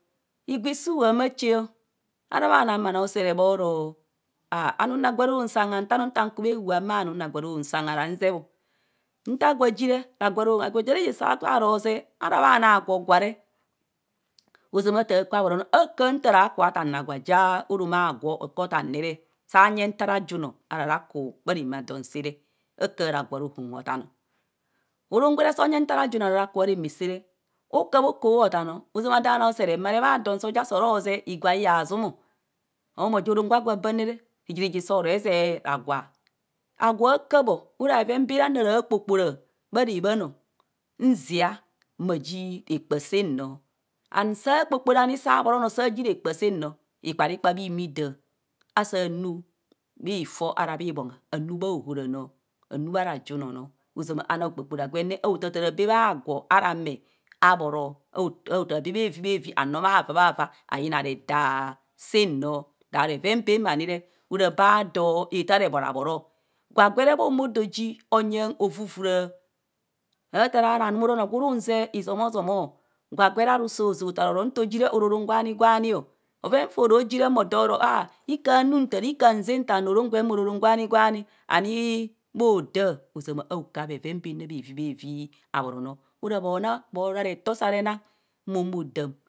Higwa isu ama cheo arabhana bhano a’usere bhoro a anum san ragwa ro hom san antan ntan kubha ehua mnanum ragwa robom san haranzebho nta gwo ajire ragwa ro hom ragwa ja reje sene asa roseb ara bhana agwo gware ozama atar kwe aworonor akar nta ra tan ragwa ja orom a’gwo oko tane sayen nta rajunor ara rakubhareme adon sere aka ragwa rohom otanor. Orom gwere so yeng nta rajunor ara raku bha reme adon sere okab okoh otanor ozama ado bhanor usere emare bhadon soja soro zep higwa bhi hazum, mmoja orom gwa gwo abane vejehoreje sore eze ragwa agwa hakabh ora bheven bere ano ava kpopora bhare bhan, nzia mmaji rekpa sen nor an sakpokporani sabhorono saji rekpa seno bhohimida asanu bhifo ara bhibhongha nor anu bha ohoranor anu bha rajunor nor ozama ana okporgwene a’otatarabe bha gwo ara ame abhoro a’otabe bhevi bhevi ano bhava bhava ayina redah senor dat bheven bemani re ora ba dor eta ebhora bhora gwagwere bho omodoji onyen ovu vura atar aro anum oro onor gwo run zep izomo zomo, gwagwere so ze ota oro nto jire ora orom gwani gwani, bhoven fo- ro gire mmo doro ah ika ane untar ika azen nor orom gwem ora orom gwani gwani, ani bhohoda ozoma a’okar bheven bene bhevi bhevi abhoro ora retor sare na mmo humo odam